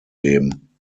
geben